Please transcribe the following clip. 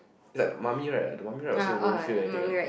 it's like the Mummy ride the Mummy ride also you don't feel anything [what]